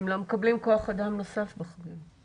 הם לא מקבלים כוח אדם נוסף בחגים.